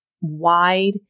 wide